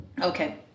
Okay